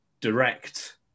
direct